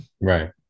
Right